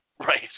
right